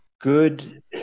good